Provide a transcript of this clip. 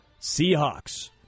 Seahawks